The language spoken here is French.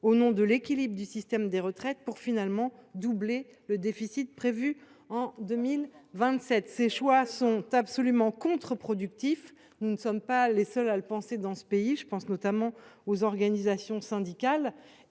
au nom de l’équilibre du système de retraite pour finalement doubler le déficit prévu en 2027. Exactement ! Vos choix politiques sont contre productifs. Nous ne sommes pas les seuls à le penser dans ce pays. Je songe notamment aux organisations syndicales.